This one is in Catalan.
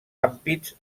ampits